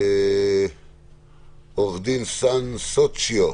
עורכת דין אן סוצ'יו,